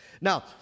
Now